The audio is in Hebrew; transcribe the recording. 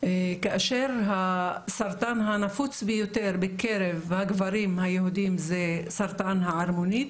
כאשר הסרטן הנפוץ ביותר בקרב הגברים היהודים זה סרטן הערמונית,